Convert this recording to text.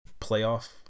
playoff